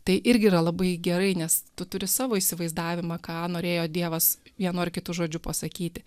tai irgi yra labai gerai nes tu turi savo įsivaizdavimą ką norėjo dievas vienu ar kitu žodžiu pasakyti